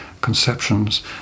conceptions